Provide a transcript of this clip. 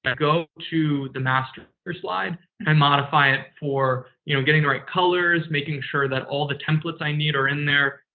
but go to the master slide and modify it for you know getting the right colors, making sure that all the templates i need are in there.